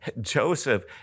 Joseph